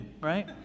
right